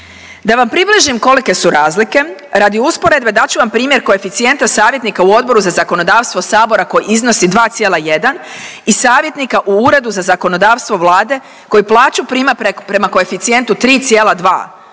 Da vam približim kolike su razlike, radi usporedbe dati ću vam primjer koeficijenta savjetnika u Odboru za zakonodavstvu sabora koji iznosi 2,1 i savjetnika u Uredu za zakonodavstvo Vlade koji plaću prima prema koeficijentu 3,2.